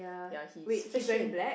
ya he's fishing